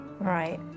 Right